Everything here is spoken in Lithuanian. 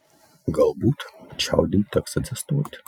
galbūt čiaudint teks atsistoti